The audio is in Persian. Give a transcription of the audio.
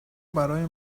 برای